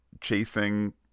chasing